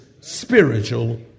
spiritual